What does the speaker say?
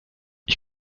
ich